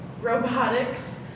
robotics